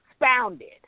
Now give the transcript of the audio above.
expounded